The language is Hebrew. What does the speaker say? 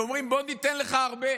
ואומרות: בוא ניתן לך הרבה,